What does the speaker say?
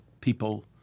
people